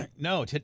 No